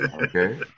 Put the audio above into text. Okay